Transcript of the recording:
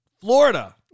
Florida